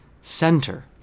center